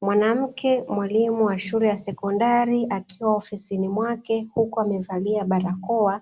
Mwanamke mwalimu wa shule ya sekondari akiwa ofisini mwake huku amevalia barakoa,